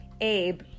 Abe